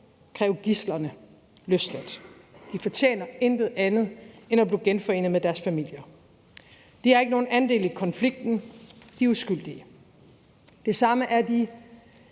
kræve gidslerne løsladt. De fortjener intet andet end at blive genforenet med deres familier. De har ikke nogen andel i konflikten. De er uskyldige. Det samme er de